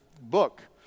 book